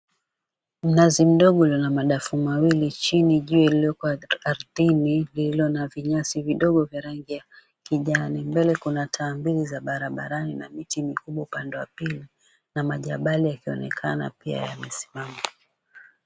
Mnazi mdogo ulio na madafu mawili, chini jiwe lililokuwa ardhini, vililo na vinyasi vidogo vya rangi ya kijani, mbele kuna taa mbili za barabarani na miti mikubwa upande wa pili, na majabali yakionekana pia yamesimama.